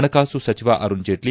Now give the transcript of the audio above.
ಹಣಕಾಸು ಸಚಿವ ಅರುಣ್ ಜೇಟ್ಲ